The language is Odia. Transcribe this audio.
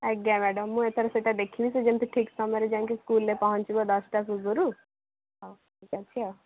ଆଜ୍ଞା ମ୍ୟାଡ଼ାମ ମୁଁ ଏଥର ସେଇଟା ଦେଖିବି ସେ ଯେମିତି ଠିକ୍ ସମୟରେ ଯାଇକି ସ୍କୁଲରେ ପହଁଞ୍ଚିବ ଦଶଟା ପୂର୍ବରୁ ହେଉ ରହୁଛି ଆଉ